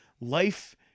life